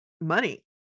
money